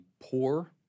poor